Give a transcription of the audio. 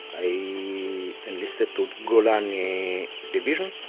i enlisted to golani division,